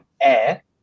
Air